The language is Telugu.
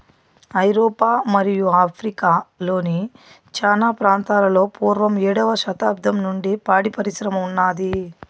ఐరోపా మరియు ఆఫ్రికా లోని చానా ప్రాంతాలలో పూర్వం ఏడవ శతాబ్దం నుండే పాడి పరిశ్రమ ఉన్నాది